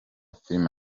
filime